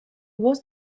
was